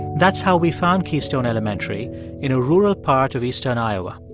that's how we found keystone elementary in a rural part of eastern iowa.